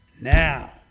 now